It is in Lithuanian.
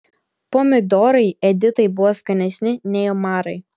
pomidorai editai buvo skanesni nei omarai